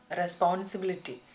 responsibility